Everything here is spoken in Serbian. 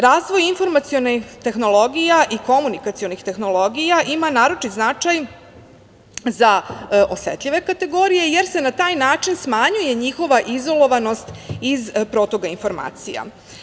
Razvoj informacionih tehnologija i komunikacionih tehnologija ima naročit značaj za osetljive kategorije jer se na taj način smanjuje njihova izolovanost iz protoka informacija.